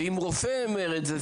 ואם רופא אומר את זה,